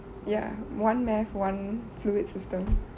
ya one math one fluid system